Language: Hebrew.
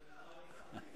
לא,